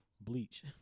Bleach